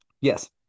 Yes